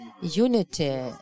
unity